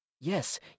Yes